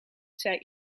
zij